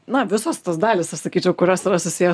na visos tos dalys aš sakyčiau kurios yra susiję